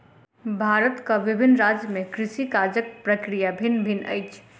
भारतक विभिन्न राज्य में कृषि काजक प्रक्रिया भिन्न भिन्न अछि